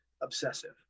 obsessive